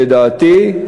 לדעתי,